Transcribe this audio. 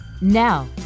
Now